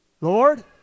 Lord